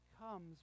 comes